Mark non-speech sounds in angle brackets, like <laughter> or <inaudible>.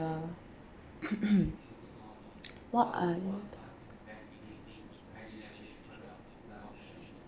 <noise> what are your